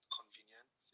convenient